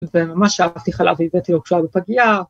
‫וממש שאבתי חלב, ‫והבאתי לו כשהוא היה בפגייה.